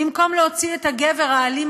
במקום להוציא את הגבר האלים,